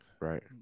right